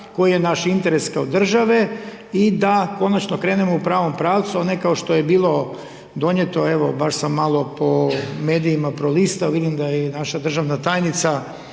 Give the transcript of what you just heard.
koji je naš interes kao države i da konačno krenemo u pravom pravcu, a ne kao što je bilo donijeti, evo baš sam malo i po medijima prolistao, vidim da je i naša državna tajnica,